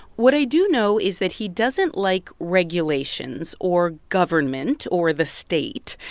what i do know is that he doesn't like regulations or government or the state.